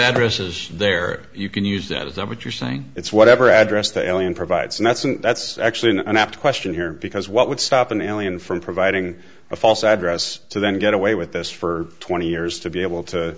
address is there you can use that is that what you're saying it's whatever address the alien provides and that's and that's actually an apt question here because what would stop an alien from providing a false address to then get away with this for twenty years to be able to